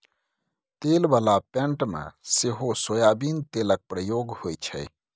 तेल बला पेंट मे सेहो सोयाबीन तेलक प्रयोग होइ छै